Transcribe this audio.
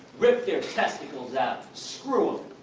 rip their testicles out, screw